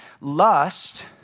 Lust